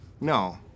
No